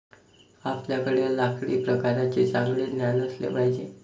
आपल्याकडे लाकडी प्रकारांचे चांगले ज्ञान असले पाहिजे